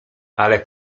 ale